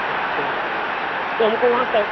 اچھا تو ہم کو وہاں سو